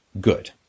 good